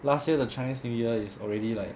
last year the chinese new year is already like